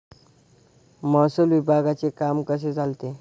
महसूल विभागाचे काम कसे चालते?